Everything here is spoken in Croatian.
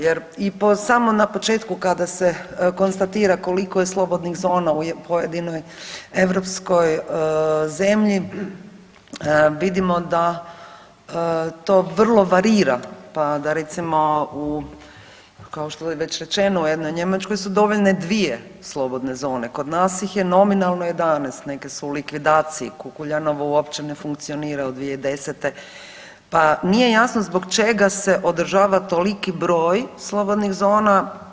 Jer i po, samo na početku kada se konstatira koliko je slobodnih zona u pojedinoj europskoj zemlji vidimo da to vrlo varira, pa da recimo u kao što je već rečeno u jednoj Njemačkoj su dovoljne 2 slobodne zone, kod nas ih je nominalno 11, neke su u likvidaciji, Kukuljanovo uopće ne funkcionira od 2010., pa nije jasno zbog čega se održava toliki broj slobodnih zona.